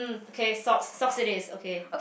okay socks socks it is okay